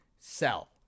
sell